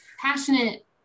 passionate